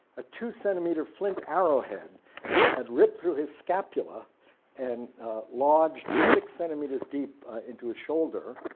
a two centimeter flint arrowhead had ripped through his scapula and lodged six centimeters deep into his shoulder.